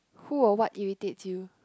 who or what irritates you